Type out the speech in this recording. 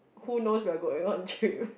who knows we're going on trip